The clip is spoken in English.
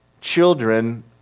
children